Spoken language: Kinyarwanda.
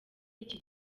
iki